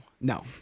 no